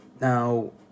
now